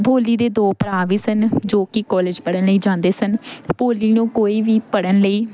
ਭੋਲੀ ਦੇ ਦੋ ਭਰਾ ਵੀ ਸਨ ਜੋ ਕਿ ਕੋਲਜ ਪੜ੍ਹਨ ਲਈ ਜਾਂਦੇ ਸਨ ਭੋਲੀ ਨੂੰ ਕੋਈ ਵੀ ਪੜ੍ਹਨ ਲਈ